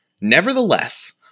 Nevertheless